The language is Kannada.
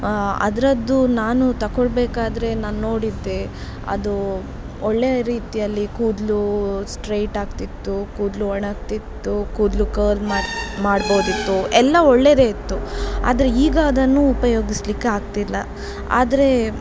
ಅದರದ್ದು ನಾನು ತಕೊಳಬೇಕಾದ್ರೆ ನಾ ನೋಡಿದ್ದೆ ಅದು ಒಳ್ಳೆ ರೀತಿಯಲ್ಲಿ ಕೂದಲು ಸ್ಟ್ರೇಟ್ ಆಗ್ತಿತ್ತು ಕೂದಲೂ ಒಣಗ್ತಿತ್ತು ಕೂದಲು ಕರ್ಲ್ ಮಾಡ್ ಮಾಡ್ಬೋದಿತ್ತು ಎಲ್ಲ ಒಳ್ಳೆದೇ ಇತ್ತು ಆದರೆ ಈಗ ಅದನ್ನು ಉಪಯೋಗಿಸಲಿಕ್ಕೆ ಆಗ್ತಿಲ್ಲ ಆದರೆ